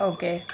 Okay